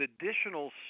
additional